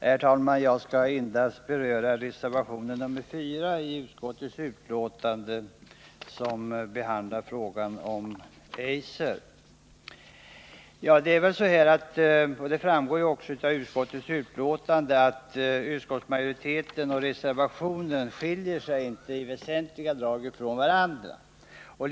Herr talman! Jag skall endast beröra reservation 4 som är fogad till utskottsbetänkandet och som behandlar frågan om Eiser. Som framgår av utskottsbetänkandet skiljer sig inte utskottsmajoritetens och reservanternas uppfattning från varandra i några väsentliga drag.